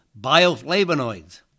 bioflavonoids